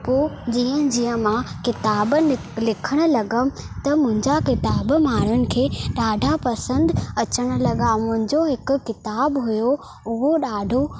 पोइ जीअं जीअं मां किताब लिखण लॻमि त मुंहिंजा किताब माण्हुनि खे ॾाढा पसंदि अचण लॻा मुंहिंजो हिकु किताबु हुयो उहो ॾाढो